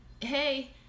hey